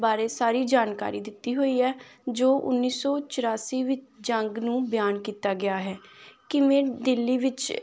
ਬਾਰੇ ਸਾਰੀ ਜਾਣਕਾਰੀ ਦਿੱਤੀ ਹੋਈ ਹੈ ਜੋ ਉੱਨੀ ਸੌ ਚੁਰਾਸੀ ਵਿੱਚ ਜੰਗ ਨੂੰ ਬਿਆਨ ਕੀਤਾ ਗਿਆ ਹੈ ਕਿਵੇਂ ਦਿੱਲੀ ਵਿੱਚ